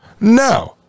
No